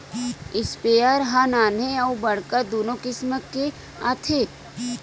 sprayer ह नान्हे अउ बड़का दुनो किसम के आथे